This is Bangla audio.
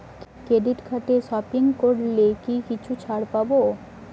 ক্রেডিট কার্ডে সপিং করলে কি কিছু ছাড় পাব?